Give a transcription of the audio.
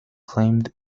claimed